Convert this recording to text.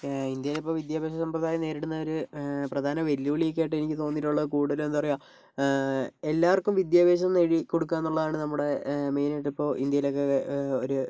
ഇന്ത്യയിലിപ്പോൾ വിദ്യാഭ്യാസ സമ്പ്രദായം നേരിടുന്നൊരു പ്രധാന വെല്ലുവിളിയൊക്കെയായിട്ട് എനിക്ക് തോന്നിയിട്ടുള്ള കൂടുതലും എന്താ പറയുക എല്ലാവർക്കും വിദ്യാഭ്യാസം നേടി കൊടുക്കാന്നുള്ളതാണ് നമ്മുടെ മെയിനായിട്ടിപ്പോൾ ഇന്ത്യയിലൊക്കെ ഒരു